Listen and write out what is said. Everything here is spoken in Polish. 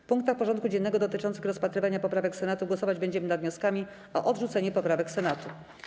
W punktach porządku dziennego dotyczących rozpatrywania poprawek Senatu głosować będziemy nad wnioskami o odrzucenie poprawek Senatu.